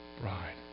bride